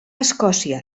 escòcia